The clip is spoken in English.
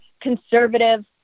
conservative